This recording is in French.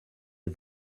est